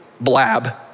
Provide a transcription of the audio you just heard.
blab